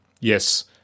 yes